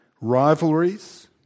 rivalries